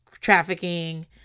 trafficking